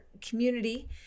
community